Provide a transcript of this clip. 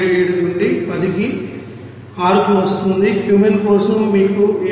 77 నుండి 10 కి 6 కి వస్తుంది క్యూమెన్ కోసం మీకు 7